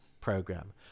program